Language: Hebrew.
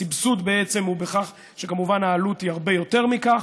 הסבסוד בעצם הוא בכך שכמובן העלות היא הרבה יותר מכך,